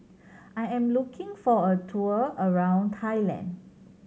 I am looking for a tour around Thailand